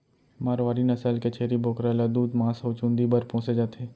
मारवारी नसल के छेरी बोकरा ल दूद, मांस अउ चूंदी बर पोसे जाथे